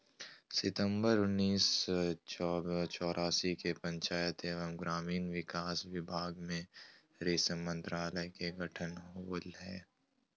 सितंबर उन्नीस सो चौरासी के पंचायत एवम ग्रामीण विकास विभाग मे रेशम मंत्रालय के गठन होले हल,